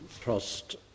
trust